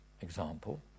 Example